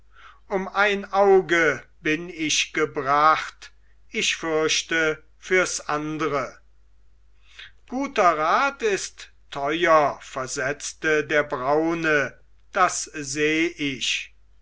um ein auge bin ich gebracht ich fürchte fürs andre guter rat ist teuer versetzte der braune das seh ich